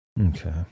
Okay